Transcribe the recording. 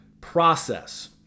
process